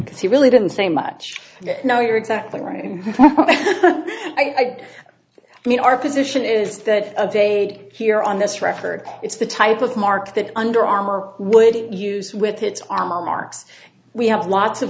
because he really didn't say much you know you're exactly right i mean our position is that of a here on this record it's the type of mark that under armor would use with its marks we have lots of